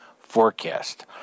forecast